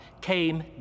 came